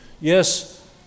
Yes